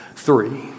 three